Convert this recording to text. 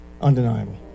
Undeniable